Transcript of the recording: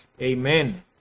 Amen